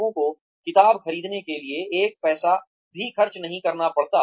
लोगों को किताब खरीदने के लिए एक पैसा भी खर्च नहीं करना पड़ता